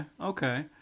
Okay